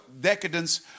decadence